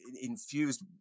infused